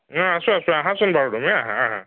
আছো আছো আঁহাচোন বাৰু তুমি আঁহা আঁহা